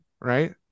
right